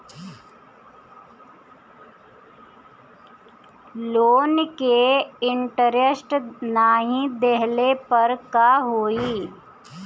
Loan के interest नाही देहले पर का होई?